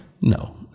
No